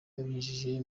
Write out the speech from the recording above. abinyujije